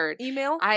email